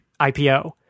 IPO